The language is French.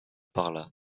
parla